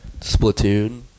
Splatoon